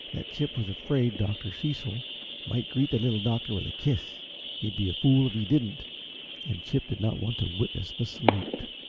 that chip was afraid dr. cecil might greet the little doctor with a kiss he'd be a fool if he didn't and chip did not want to witness the salute.